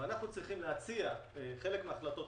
ואנחנו צריכים להציע להעביר פה חלק מההחלטות,